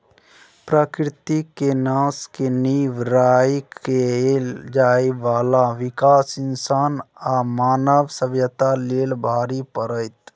प्रकृति के नाश के नींव राइख कएल जाइ बाला विकास इंसान आ मानव सभ्यता लेल भारी पड़तै